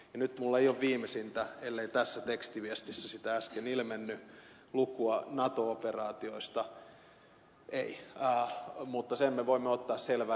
nyt minulla ei ole viimeisintä ellei tässä tekstiviestissä sitä äsken ilmennyt lukua nato operaatioista ei mutta siitä me voimme ottaa selvää